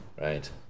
Right